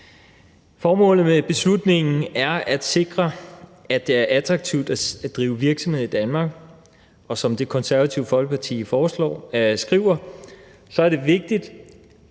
Formålet med beslutningsforslaget er at sikre, at det er attraktivt at drive virksomhed i Danmark, og som Det Konservative Folkeparti skriver, er det vigtigt,